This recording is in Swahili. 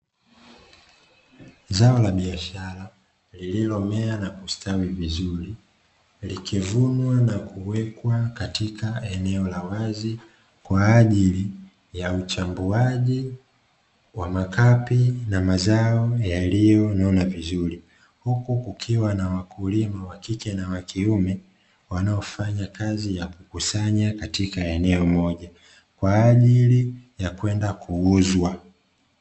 Zao la biashara lilomea na kustawi vizuri likiwekwa wazi kwaajili ya uchambuaji kwa waliyonona kwaajili yakwenda kuuzwa